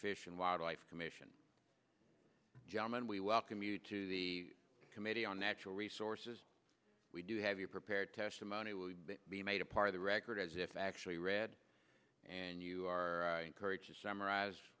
fish and wildlife commission gentlemen we welcome you to the committee on natural resources we do have you prepared testimony will be made a part of the record as if actually read and you are encouraged to summarize